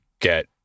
get